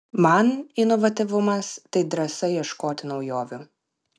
man inovatyvumas tai drąsa ieškoti naujovių